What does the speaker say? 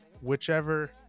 whichever